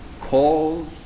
calls